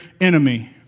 enemy